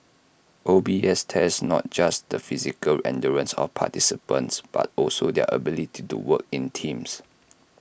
O B S tests not just the physical endurance of participants but also their ability to work in teams